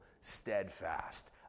steadfast